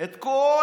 הרס 10,000